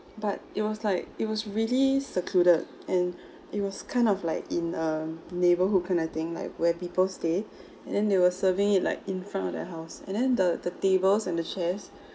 but it was like it was really secluded and it was kind of like in a neighbourhood kind of thing like where people stay and then they were serving it like in front of their house and then the the tables and the chairs